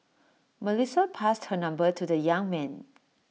Melissa passed her number to the young man